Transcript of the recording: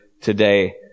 today